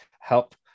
help